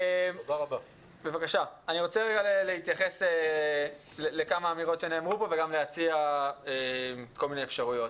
אני רוצה להתייחס לכמה אמירות שנאמרו כאן וגם להציע כל מיני אפשרויות.